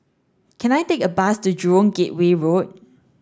can I take a bus to Jurong Gateway Road